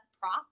prop